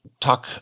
talk